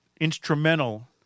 instrumental